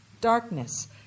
Darkness